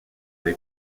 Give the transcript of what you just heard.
they